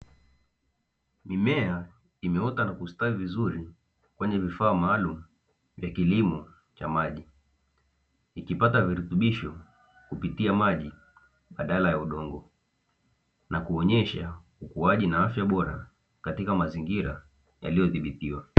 Mimea imeota na kustawi vizuri kwenye vifaa maalumu vya kilimo cha maji. Ikipata virutubisho kupitia maji badala ya udongo, na kuonyesha ukuaji na afya bora katika mazingira yaliyodhibitiwa.